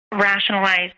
rationalize